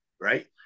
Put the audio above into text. right